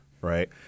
right